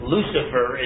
Lucifer